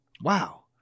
wow